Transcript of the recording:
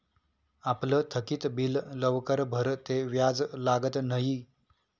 आपलं थकीत बिल लवकर भरं ते व्याज लागत न्हयी